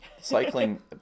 cycling